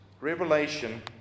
Revelation